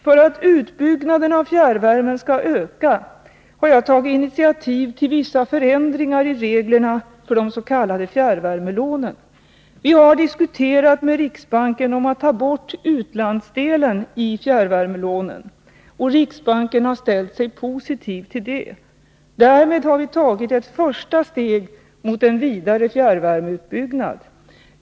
För att utbyggnaden av fjärrvärmen skall öka har jag tagit initiativ till vissa förändringar i reglerna för de s.k. fjärrvärmelånen. Vi har diskuterat med riksbanken om att ta bort utlandsdelen i fjärrvärmelånen. Riksbanken har ställt sig positiv till det. Därmed har vi tagit ett första steg mot en vidare fjärrvärmeutbyggnad.